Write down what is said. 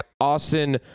Austin